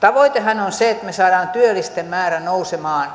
tavoitehan on se että me saamme työllisten määrän nousemaan